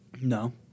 No